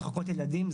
--- ילדים,